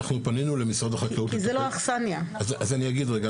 אז אני אגיד רגע,